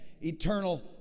eternal